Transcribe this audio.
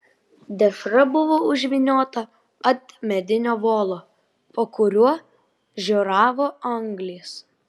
dešra buvo užvyniota ant medinio volo po kuriuo žioravo anglys